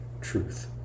truth